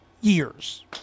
years